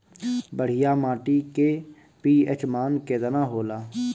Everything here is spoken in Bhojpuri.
बढ़िया माटी के पी.एच मान केतना होला?